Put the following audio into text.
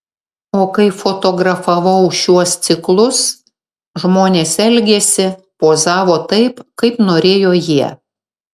o kai fotografavau šiuos ciklus žmonės elgėsi pozavo taip kaip norėjo jie